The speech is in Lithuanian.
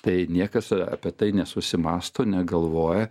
tai niekas apie tai nesusimąsto negalvoja